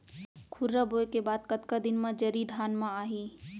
खुर्रा बोए के बाद कतका दिन म जरी धान म आही?